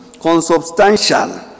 consubstantial